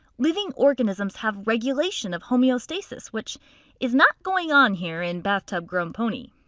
living organisms have regulation of homoeostasis which is not going on here in bathtub-grown pony.